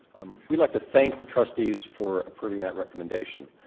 um would like to thank the trustees for approving that recommendation.